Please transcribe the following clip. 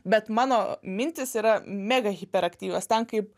bet mano mintys yra mega hiperaktyvios ten kaip